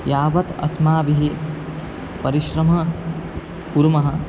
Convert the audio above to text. यावत् अस्माभिः परिश्रमः कुर्मः